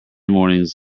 mornings